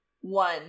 One